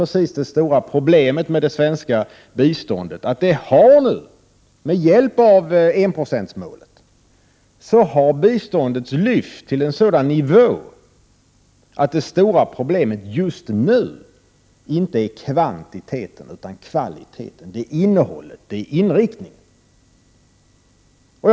Detta är det stora problemet med det svenska biståndet: det har, med hjälp av enprocentsmålet, lyfts till en sådan nivå att det stora problemet just nu inte är kvantiteten utan kvaliteten — innehållet, alltså inriktningen.